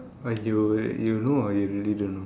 why you you know or you really don't know